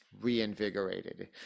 reinvigorated